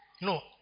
No